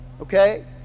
okay